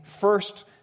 first